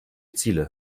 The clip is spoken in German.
ziele